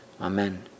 Amen